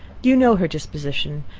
you know her disposition,